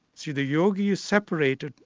see the yogi is separated,